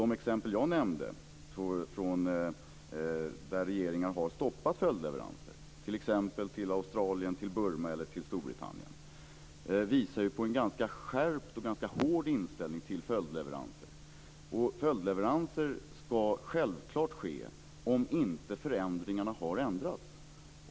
De exempel som jag nämnde där regeringen har stoppat följdleveranser, t.ex. till Australien, till Burma och till Storbritannien, visar ju på en ganska hård inställning till följdleveranser. Följdleveranser ska naturligtvis ske om inte förhållandena har ändrats.